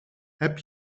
heb